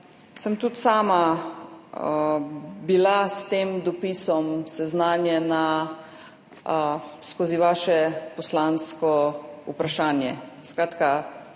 bila tudi sama s tem dopisom seznanjena skozi vaše poslansko vprašanje.